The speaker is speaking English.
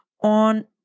on